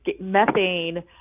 Methane